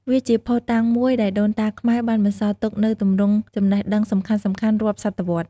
វាជាភស្តុតាងមួយដែលដូនតាខ្មែរបានបន្សល់ទុកនូវទម្រង់ចំណេះដឹងសំខាន់ៗរាប់សតវត្សរ៍។